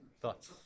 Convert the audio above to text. Thoughts